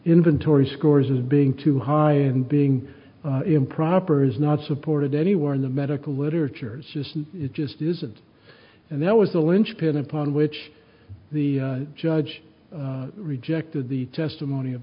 inventory scores as being too high and being improper is not supported anywhere in the medical literature just it just isn't and that was the linchpin upon which the judge rejected the testimony of